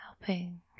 helping